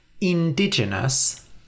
Indigenous